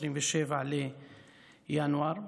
27 בינואר,